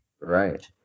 right